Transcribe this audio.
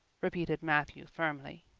repeated matthew firmly.